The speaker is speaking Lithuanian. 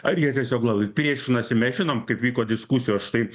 ar jie tiesiog labai priešinasi mes žinom kaip vyko diskusijos štai